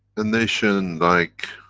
a nation like